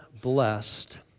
blessed